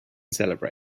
celebrate